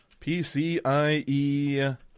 PCIe